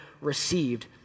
received